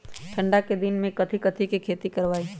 ठंडा के दिन में कथी कथी की खेती करवाई?